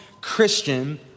Christian